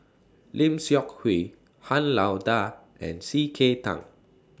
Lim Seok Hui Han Lao DA and C K Tang